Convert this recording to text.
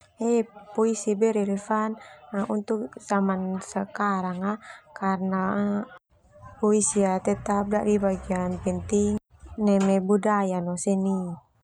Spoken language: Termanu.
Puisi berelevan untuk jaman sekarang karna puisi penting neme budaya no seni.